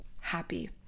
happy